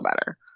better